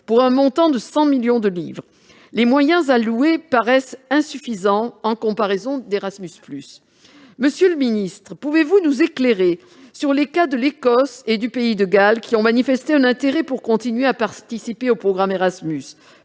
pour un montant de 100 millions de livres. Les moyens alloués paraissent insuffisants en comparaison d'Erasmus+. Monsieur le secrétaire d'État, pouvez-vous nous éclairer sur les cas de l'Écosse et du Pays de Galles, qui ont manifesté leur intérêt pour continuer à participer au programme Erasmus+ ?